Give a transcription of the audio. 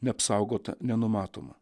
neapsaugota nenumatoma